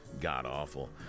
god-awful